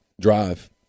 Drive